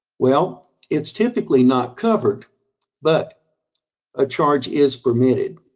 well, it's typically not covered but a charge is permitted.